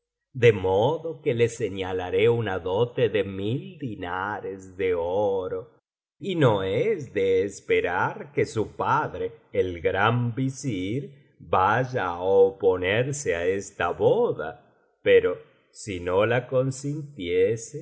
de modo que le señalaré una dote de mil dinares de oro y no es de esperar que su padre el gran visir vaya á oponerse á esta boda pero si no la consintiese